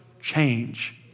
change